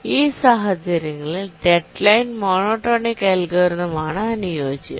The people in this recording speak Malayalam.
ഈ സാഹചര്യങ്ങളിൽ ഡെഡ് ലൈൻ മോണോടോണിക് അൽഗോരിതം ആണ് അനുയോജ്യം